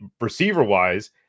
Receiver-wise